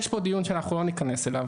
יש פה דיון שאנחנו לא ניכנס אליו,